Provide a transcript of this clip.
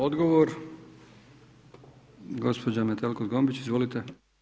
Odgovor gospođa Metelko Zgombić, izvolite.